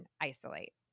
isolate